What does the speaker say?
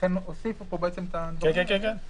ולכן הוסיפו פה את הדברים האלה,